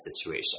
situation